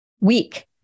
week